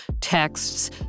texts